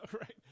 right